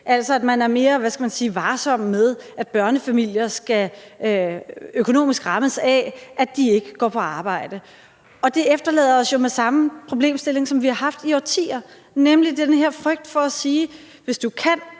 altså at man er mere varsom med, at børnefamilier ikke skal rammes økonomisk af, at de ikke går på arbejde. Og det efterlader os jo med samme problemstilling, som vi har haft i årtier, nemlig den her frygt for at sige: Hvis du kan,